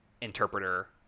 interpreter